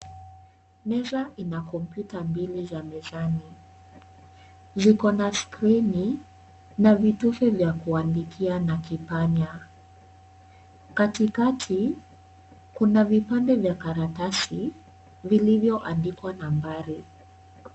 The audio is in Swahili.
Meza ina kompyuta mbili za mezani. Ziko na skrini na vitufe vya kuandikia na kipanya. Katikati, kuna vipande vya karatasi, vilivyoandikwa nambari.